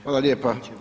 Hvala lijepa.